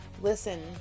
Listen